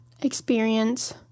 experience